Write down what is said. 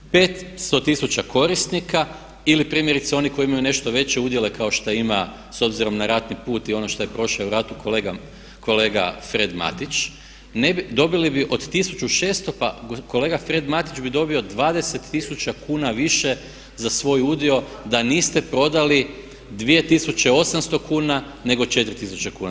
500 tisuća korisnika ili primjerice oni koji imaju nešto veće udjele kao što ima, s obzirom na ratni put i ono što je prošao i u ratu kolega Fred Matić, dobili bi od 1600 pa do, kolega Fred Matić bi dobio 20 tisuća kuna više za svoj udio da niste prodali 2800 kuna, nego 4000 kuna.